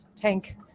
tank